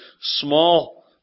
small